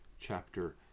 chapter